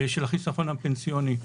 של החיסכון הפנסיוני.